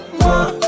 more